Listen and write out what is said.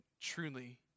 truly